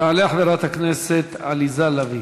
תעלה חברת הכנסת עליזה לביא,